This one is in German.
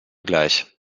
gleich